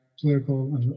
political